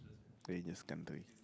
dangerous country